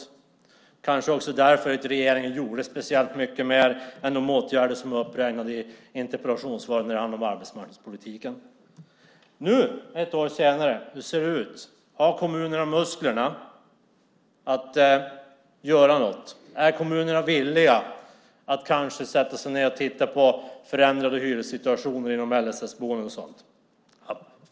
Det kanske också var därför som regeringen inte gjorde speciellt mycket mer än de åtgärder som var uppräknade i interpellationssvaret gällande arbetsmarknadspolitiken. Hur ser det ut nu ett år senare? Har kommunerna muskler att göra något? Är kommunerna villiga att sätta sig ned och titta på förändrade hyressituationer inom LSS-boenden och sådant?